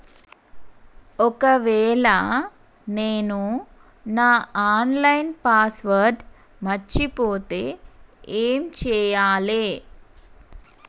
ఒకవేళ నేను నా ఆన్ లైన్ పాస్వర్డ్ మర్చిపోతే ఏం చేయాలే?